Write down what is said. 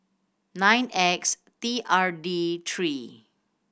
nine X T R D three